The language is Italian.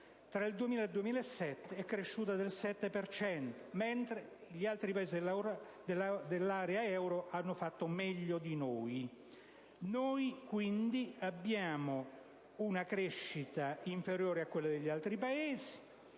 tra il 2000 ed il 2007 è cresciuta del 7 per cento, mentre gli altri Paesi dell'area euro hanno fatto meglio di noi. Abbiamo dunque una crescita inferiore a quella degli altri Paesi